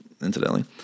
incidentally